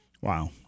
Wow